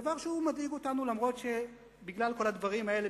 דבר שמדאיג אותנו בגלל כל הדברים האלה,